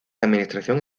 administración